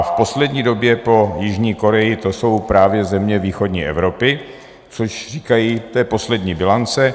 V poslední době po jižní Koreji to jsou právě země východní Evropy, což, říkají, to je poslední bilance.